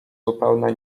zupełne